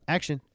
Action